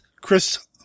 Chris